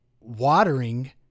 watering